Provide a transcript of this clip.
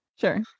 sure